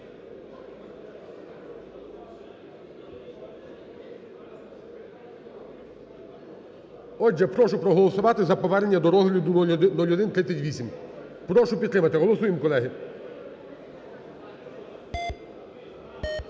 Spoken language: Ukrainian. Отже, прошу проголосувати за повернення до розгляду 0138. Прошу підтримати. Голосуємо, колеги.